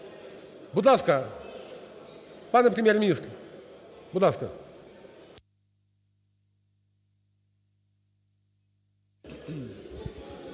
Будь ласка. Пане Прем'єр-міністр, будь ласка.